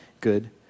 good